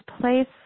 place